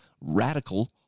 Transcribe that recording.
radical